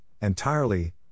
entirely